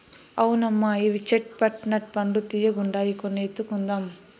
అవునమ్మా ఇవి చేట్ పట్ నట్ పండ్లు తీయ్యగుండాయి కొన్ని ఎత్తుకుందాం